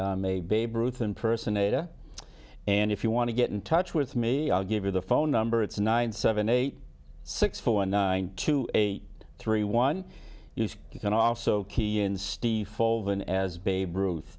maybe babe ruth impersonator and if you want to get in touch with me i'll give you the phone number it's nine seven eight six four nine two eight three one you can also key in stiefel than as babe ruth